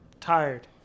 Tired